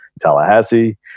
Tallahassee